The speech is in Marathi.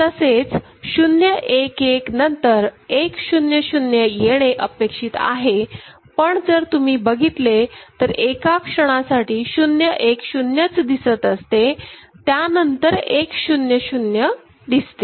तसेच 01 1 नंतर 1 0 0 येणे अपेक्षित आहे पण जर तुम्ही बघितले तर एका क्षणासाठी 010 च दिसत असते त्यानंतर 1 0 0 दिसते